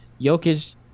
Jokic